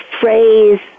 phrase